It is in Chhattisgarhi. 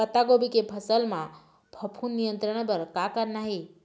पत्तागोभी के फसल म फफूंद नियंत्रण बर का करना ये?